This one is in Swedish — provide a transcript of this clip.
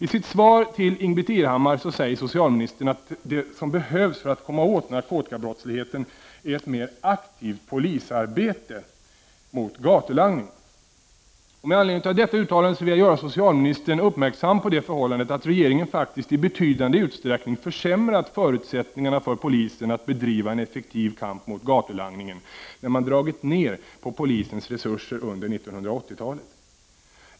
I sitt svar till Ingbritt Irhammar säger socialministern att det som behövs för att komma åt narkotikabrottsligheten är ett mer aktivt polisarbete mot gatulangning. Med anledning av detta uttalande vill jag göra socialministern uppmärksam på det förhållandet att regeringen faktiskt i betydande utsträckning försämrat förutsättningarna för polisen att bedriva en effektiv kamp mot gatulangningen när den dragit ned på polisens resurser under 1980-talet.